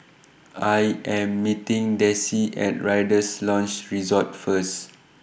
I Am meeting Dessie At Rider's Lodge Resort First